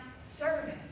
servant